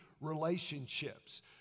relationships